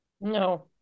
No